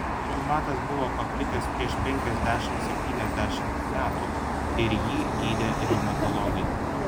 reumatas buvo paplitęs prieš penkiasdešimt septyniasdešimt metų ir jį gydė reumatologai